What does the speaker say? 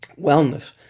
Wellness